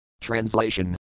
Translation